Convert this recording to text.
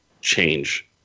change